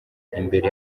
imbere